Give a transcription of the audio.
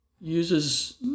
uses